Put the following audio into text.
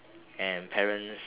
and parents